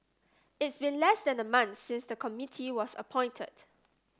it's been less than a month since the committee was appointed